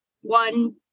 one